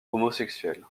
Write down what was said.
homosexuel